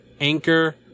Anchor